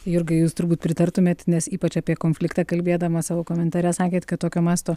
jurga jūs turbūt pritartumėt nes ypač apie konfliktą kalbėdama savo komentare sakėt kad tokio masto